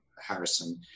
Harrison